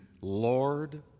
Lord